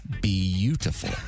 beautiful